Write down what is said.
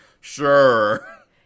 Sure